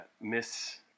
Miss